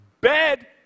Bed